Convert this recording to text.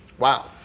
Wow